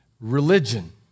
religion